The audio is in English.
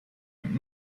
and